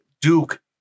Duke